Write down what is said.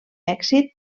èxit